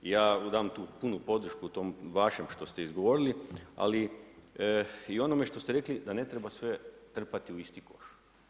I ja dam tu punu podršku tom vašem što ste izgovorili, ali i o onome što ste rekli da ne treba sve trpati u isti koš.